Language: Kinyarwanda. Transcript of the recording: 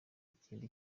ikindi